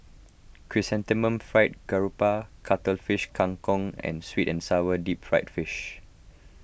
Chrysanthemum Fried Garoupa Cuttlefish Kang Kong and Sweet and Sour Deep Fried Fish